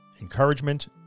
encouragement